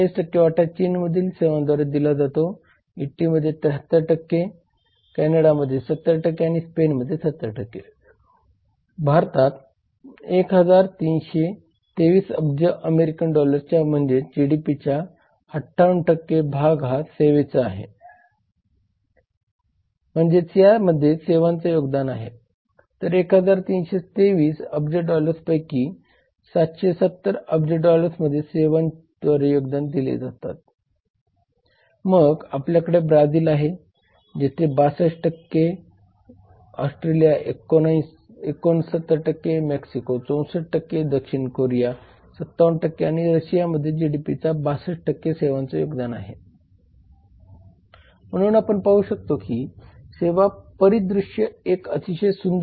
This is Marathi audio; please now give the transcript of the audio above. आपल्या व्यवसायावर परिणाम करू शकणाऱ्या निर्णयाची उदाहरणे म्हणजे सेवा कराराच्या अंमलबजावणीवरील न्यायालयीन निर्णय ग्राहक न्यायालयांचे निर्णय ओव्हरबुकिंगच्या कायदेशीर परिणामांवरील न्यायालयीन निर्णय आणि ग्राहकांच्या हक्कांचे उल्लंघन न्यायव्यवस्थेची संपूर्ण अखंडता आणि न्यायव्यवस्थेची गुणवत्ता आणि परदेशी अंमलबजावणीची गुणवत्ता निर्णय किंवा आर्बिट्रेशन पुरस्कार